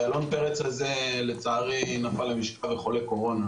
איילון פרץ הזה לצערי נפל למשכב חולי קורונה,